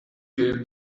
gave